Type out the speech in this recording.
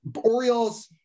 Orioles